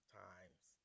times